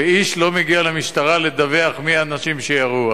ואיש לא מגיע למשטרה לדווח מי האנשים שירו.